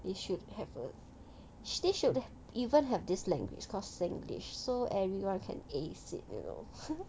it should have a this should even have this language called singlish so everyone can ace it you know